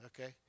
okay